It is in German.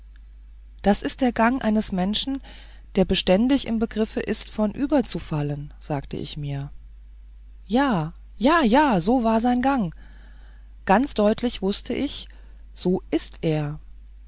das ist der gang eines menschen der beständig im begriffe ist vornüber zu fallen sagte ich mir ja ja ja so war sein gang ganz deutlich wußte ich so ist er